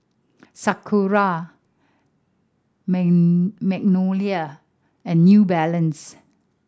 Sakura Magnolia and New Balance